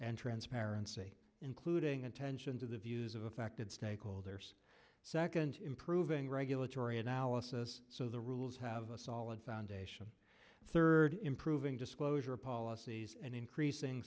and transparency including attention to the views of affected stakeholders second improving regulatory analysis so the rules have a solid foundation third improving disclosure policies and increasing